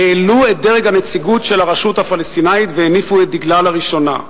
העלו את דרג הנציגות של הרשות הפלסטינית והניפו את דגלה לראשונה.